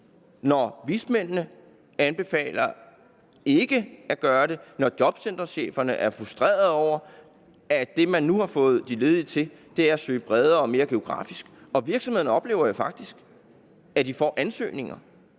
når vismændene anbefaler ikke at gøre det, når jobcentercheferne er frustrerede, fordi det, man nu har fået de ledige til, er at søge bredere og bredere geografisk. Og virksomhederne oplever jo faktisk, at de får ansøgninger